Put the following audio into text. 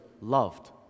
loved